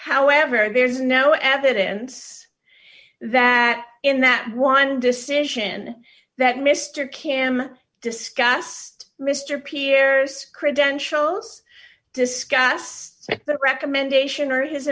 however there's now evidence that in that one decision that mr kim discussed mr pearce credential discussed the recommendation or his